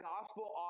gospel